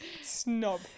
Snob